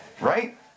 Right